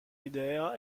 idea